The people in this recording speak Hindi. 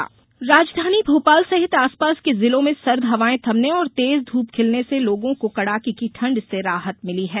मौसम राजधानी भोपाल सहित आसपास के जिलों में सर्द हवायें थमने और तेज ध्रप खिलने से लोगों को कड़ाके की ठंड से राहत मिली है